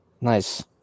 Nice